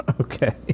Okay